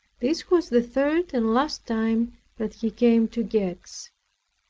this was the third and last time that he came to gex.